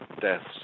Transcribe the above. deaths